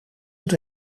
het